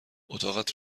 اتاقت